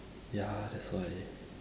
ya that's why